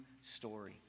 story